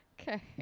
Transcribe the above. Okay